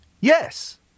yes